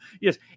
Yes